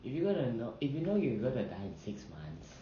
if you gonna know if you know you gonna die in six months